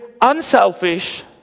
unselfish